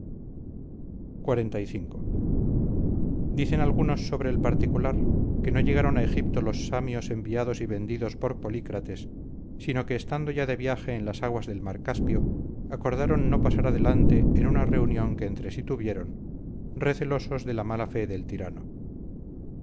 su casa xlv dicen algunos sobre el particular que no llegaron a egipto los samios enviados y vendidos por polícrates sino que estando ya de viaje en las aguas del mar caspio acordaron no pasar adelante en una reunión que entre sí tuvieron recelosos de la mala fe del tirano